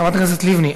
חברת הכנסת לבני,